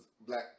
black